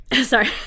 Sorry